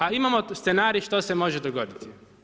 A imamo scenarij što se može dogoditi.